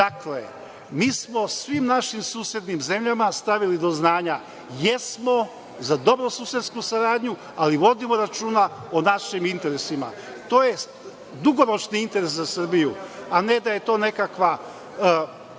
Dakle, mi smo svim našim susednim zemljama stavili do znanja – jesmo za dobrosusedsku saradnju, ali vodimo računa o našim interesima. To je dugoročni interes za Srbiju, a ne da je to nekakva